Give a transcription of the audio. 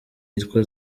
yitwa